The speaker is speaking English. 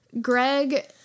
Greg